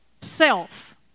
self